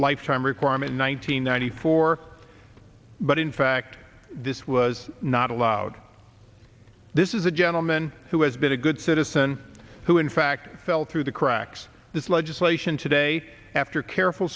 lifetime requirement in one thousand nine hundred four but in fact this was not allowed this is a gentleman who has been a good citizen who in fact fell through the cracks this legislation today after careful